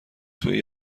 توی